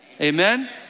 amen